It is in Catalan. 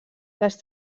les